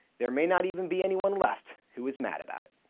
there may not even be anyone left who is mad about it.